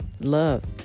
love